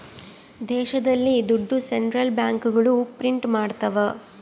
ದೇಶದಲ್ಲಿ ದುಡ್ಡು ಸೆಂಟ್ರಲ್ ಬ್ಯಾಂಕ್ಗಳು ಪ್ರಿಂಟ್ ಮಾಡ್ತವ